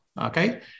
Okay